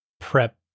prep